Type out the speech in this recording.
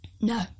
No